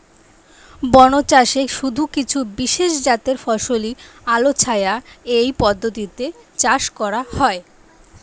বনচাষে শুধু কিছু বিশেষজাতের ফসলই আলোছায়া এই পদ্ধতিতে চাষ করা হয়